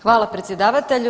Hvala predsjedavatelju.